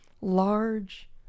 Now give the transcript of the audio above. large